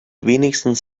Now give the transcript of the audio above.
wenigstens